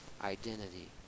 identity